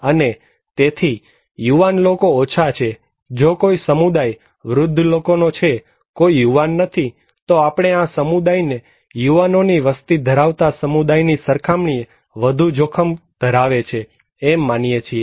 અને તેથી યુવાન લોકો ઓછા છે જો કોઈ સમુદાય વૃદ્ધ લોકોનો છે કોઈ યુવાન નથી તો આપણે આ સમુદાયને યુવાનનો ની વસ્તી ધરાવતા સમુદાયની સરખામણીએ વધુ જોખમ ધરાવે છે એમ માનીએ છીએ